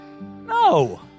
No